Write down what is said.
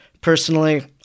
Personally